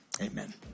amen